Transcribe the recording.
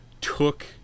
took